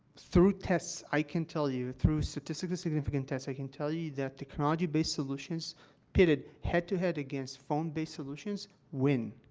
through tests, i can tell you through statistically significant tests, i can tell you that technology-based solutions pitted head-to-head against phone-based solutions win,